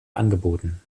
angeboten